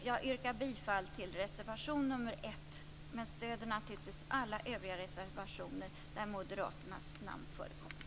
Jag yrkar bifall till reservation nr 1, men stöder naturligtvis alla övriga reservationer där moderata namn förekommer.